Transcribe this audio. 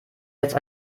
jetzt